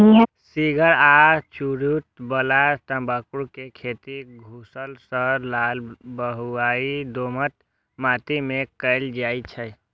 cigar आ चुरूट बला तंबाकू के खेती धूसर सं लाल बलुआही दोमट माटि मे कैल जाइ छै